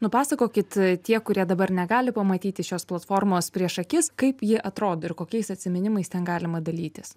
nupasakokit tie kurie dabar negali pamatyti šios platformos prieš akis kaip ji atrodo ir kokiais atsiminimais ten galima dalytis